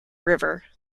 river